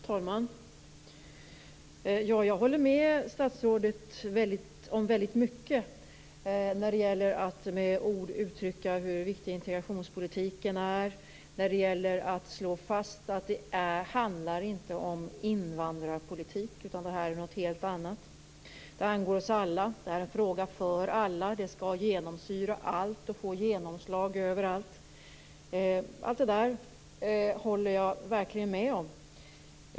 Fru talman! Jag håller med statsrådet om väldigt mycket när det gäller att med ord uttrycka hur viktig integrationspolitiken är och att slå fast att det här inte handlar om invandrarpolitik utan om något helt annat. Det angår oss alla. Det är en fråga för alla. Det skall genomsyra allt och få genomslag överallt. Allt detta håller jag verkligen med om.